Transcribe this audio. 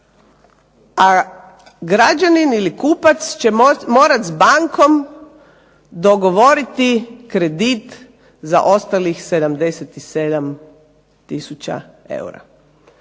a građanin ili kupac će morat s bankom dogovoriti kredit za ostalih 77 tisuća eura.